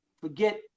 forget